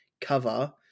cover